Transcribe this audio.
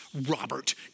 Robert